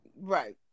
Right